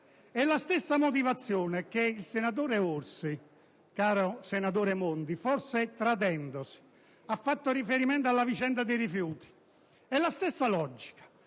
è la stessa motivazione addotta dal senatore Orsi, caro senatore Monti, quando, forse tradendosi, ha fatto riferimento alla vicenda dei rifiuti. È la logica